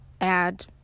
add